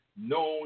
known